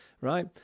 right